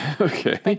Okay